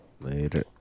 Later